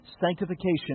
Sanctification